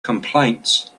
complaints